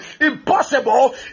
impossible